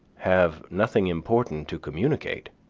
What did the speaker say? have nothing important to communicate.